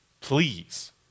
please